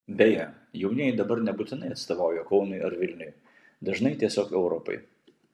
beje jaunieji dabar nebūtinai atstovauja kaunui ar vilniui dažnai tiesiog europai